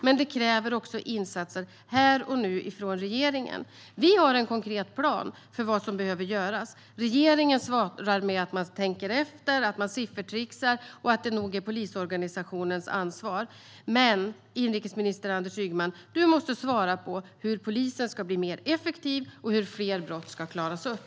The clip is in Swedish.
Men det kräver också insatser här och nu från regeringen. Vi har en konkret plan för vad som behöver göras. Regeringen svarar med att man tänker efter, och man siffertrixar och menar att det här nog är polisorganisationens ansvar. Men, inrikesminister Anders Ygeman, du måste svara på hur polisen ska bli mer effektiv och hur fler brott ska klaras upp.